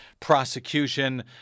Prosecution